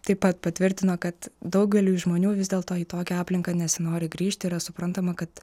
taip pat patvirtino kad daugeliui žmonių vis dėl to į tokią aplinką nesinori grįžti yra suprantama kad